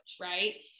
right